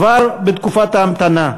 כבר בתקופת ההמתנה,